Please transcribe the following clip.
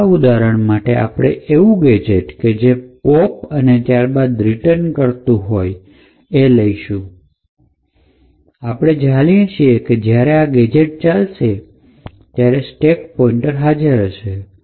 તો આ ઉદાહરણ માટે આપણે એવું ગેજેટ કે જે પોપ અને ત્યાર બાદ રિટર્ન કરતું હોય એ લઈશું આપણે જાણીએ છીએ કે જ્યારે આ ગેજેટ ચાલશે ત્યારે સ્ટેક પોઇન્ટર હાજર હશે